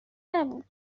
نبود